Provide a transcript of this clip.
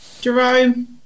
Jerome